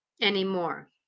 anymore